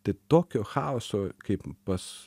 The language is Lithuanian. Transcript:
tai tokio chaoso kaip pas